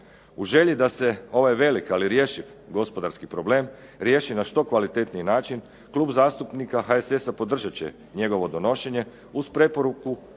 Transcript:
U želji da se ovaj velik ali rješiv gospodarski problem, riješi na što kvalitetniji način, Klub zastupnika HSS-a podržat će njegovo donošenje uz preporuku Vladi